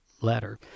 letter